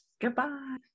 Goodbye